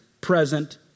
present